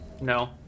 no